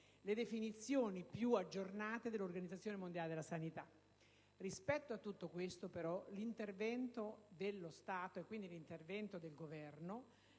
alle definizioni più aggiornate dell'Organizzazione mondiale della sanità. Rispetto a tutto ciò, l'intervento dello Stato, l'iniziativa del Governo,